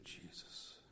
Jesus